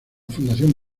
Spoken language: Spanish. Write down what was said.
fundación